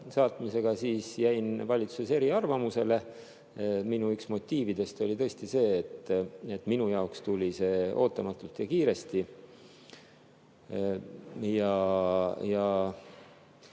saatmist, siis ma jäin valitsuses eriarvamusele. Üks minu motiividest oli tõesti see, et minu jaoks tuli see ootamatult ja kiiresti. Ja